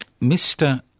Mr